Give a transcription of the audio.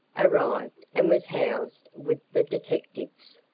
arrived and was housed with the detectives.